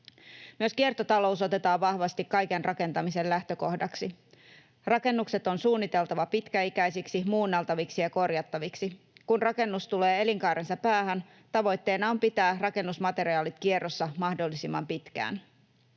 Myös kiertotalous otetaan vahvasti kaiken rakentamisen lähtökohdaksi. Rakennukset on suunniteltava pitkäikäisiksi, muunneltaviksi ja korjattaviksi. Kun rakennus tulee elinkaarensa päähän, tavoitteena on pitää rakennusmateriaalit kierrossa mahdollisimman pitkään.